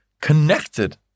connected